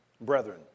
brethren